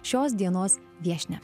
šios dienos viešnią